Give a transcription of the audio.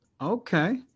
Okay